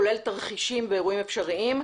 כולל תרחישים ואירועים אפשריים.